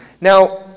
Now